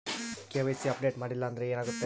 KYC update ಮಾಡಿಲ್ಲ ಅಂದ್ರೆ ಏನಾಗುತ್ತೆ?